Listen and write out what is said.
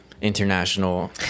International